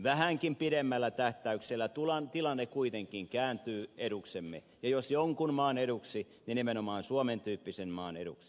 vähänkin pidemmällä tähtäyksellä tilanne kuitenkin kääntyy eduksemme ja jos jonkun maan eduksi niin nimenomaan suomen tyyppisen maan eduksi